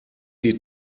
die